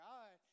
God